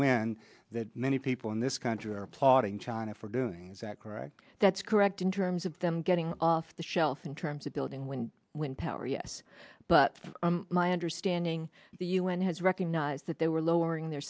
when that many people in this country are applauding china for doing is that correct that's correct in terms of them getting off the shelf in terms of building wind wind power yes but my understanding the u n has recognized that they were lowering their